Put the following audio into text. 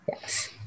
Yes